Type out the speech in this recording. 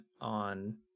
on